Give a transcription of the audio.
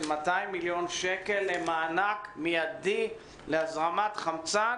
200 מיליון שקל למענק מידי להזרמת חמצן,